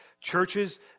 Churches